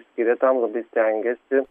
skiria tam labai stengiasi